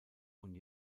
und